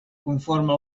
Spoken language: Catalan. conforme